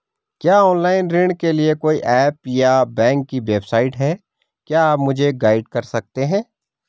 क्या ऑनलाइन ऋण के लिए कोई ऐप या बैंक की वेबसाइट है क्या आप मुझे गाइड कर सकते हैं?